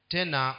Tena